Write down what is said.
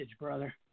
brother